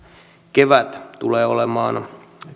kevät tulee olemaan